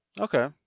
Okay